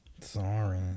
Sorry